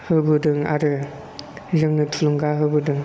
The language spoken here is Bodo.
होबोदों आरो जोंनो थुलुंगा होबोदों